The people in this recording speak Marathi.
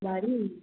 भारी